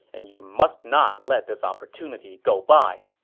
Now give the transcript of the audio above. and you must not let this opportunity go by.